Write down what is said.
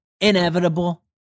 inevitable